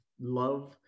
love